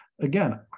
again